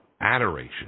adoration